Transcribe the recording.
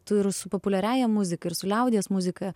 tu ir su populiariąja muzika ir su liaudies muzika